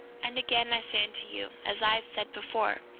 and again i say unto you as i have said before,